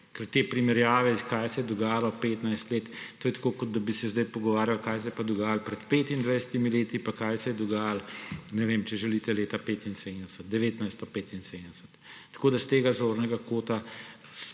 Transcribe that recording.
te primerjave, kaj se je dogajalo pred 15 leti, so tako, kot da bi se zdaj pogovarjali, kaj se je dogajalo pred 25 leti pa kaj se je dogajalo, ne vem, če želite leta 1975. S tega zornega kota